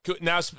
now